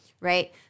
right